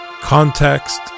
context